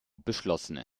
beschlossen